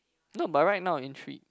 no but right now I intrigue